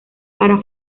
para